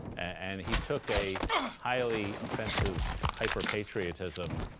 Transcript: and he took a highly offensive hyper-patriotism,